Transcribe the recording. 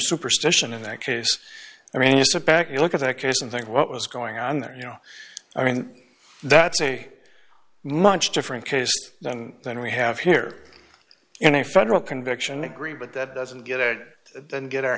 superstition in that case i mean it's a back you look at that case and think what was going on there you know i mean that's a much different case than we have here in a federal conviction agree but that doesn't get that and get our